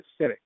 acidic